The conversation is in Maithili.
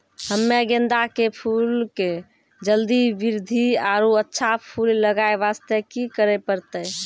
हम्मे गेंदा के फूल के जल्दी बृद्धि आरु अच्छा फूल लगय वास्ते की करे परतै?